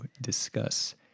discuss